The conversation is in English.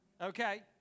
Okay